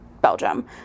Belgium